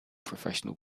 professional